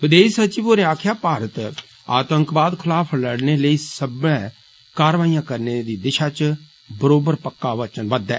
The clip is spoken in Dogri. विदेष सचिव होरें आक्खेआ भारत आतंकवाद खलाफ लड़ने लेई सब्बै कारवाइयां करने दी दिषा च बरोबर पक्का वचनबद्द ऐ